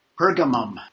Pergamum